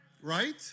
right